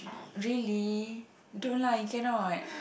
really don't lah you cannot